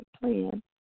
plan